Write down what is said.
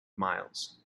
miles